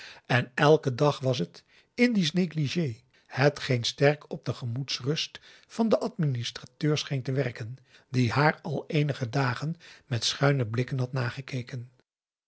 en elken dag was het indisch négligé hetgeen sterk op de gemoedsrust van den administrateur scheen te werken die haar al eenige dagen met schuine blikken had nagekeken